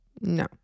No